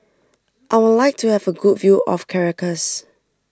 I would like to have a good view of Caracas